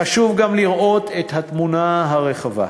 חשוב גם לראות את התמונה הרחבה.